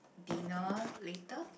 dinner later